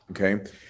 okay